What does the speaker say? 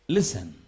Listen